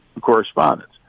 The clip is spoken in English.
correspondence